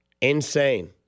insane